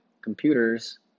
computers